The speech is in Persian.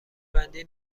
بندی